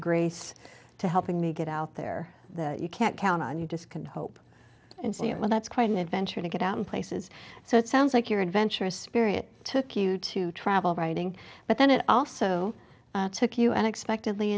grace to helping me get out there that you can't count on you just can hope well that's quite an adventure to get out in places so it sounds like you're adventurous spirit took you to travel writing but then it also took you and expectedly